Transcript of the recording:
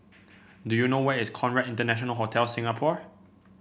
do you know where is Conrad International Hotel Singapore